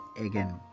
again